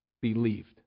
believed